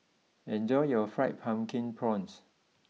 enjoy your Fried Pumpkin Prawns